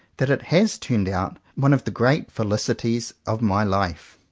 that it has turned out one of the great felicities of my life.